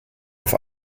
auf